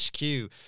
HQ